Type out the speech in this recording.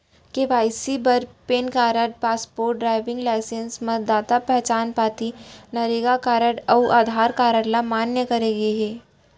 KYC बर PAN card, passport, driving licence, मतदाता पहचान पाती, नरेगा कारड अउ आधार कारड ल मान्य करे गे हे